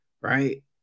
right